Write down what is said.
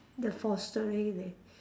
the fostering they